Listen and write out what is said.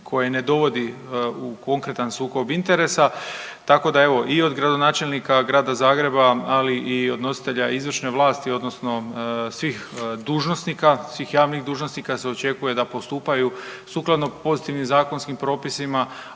koje ne dovodi u konkretan sukob interesa. Tako da evo i od gradonačelnika grada Zagreba ali i od nositelja izvršne vlasti, odnosno svih dužnosnika, svih javnih dužnosnika se očekuje da postupaju sukladno pozitivnim zakonskim propisima